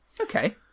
Okay